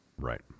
right